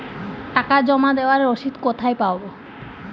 টাকা জমা দেবার রসিদ কোথায় পাব?